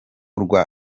rwa